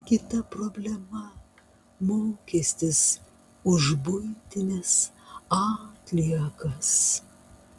kita problema mokestis už buitines atliekas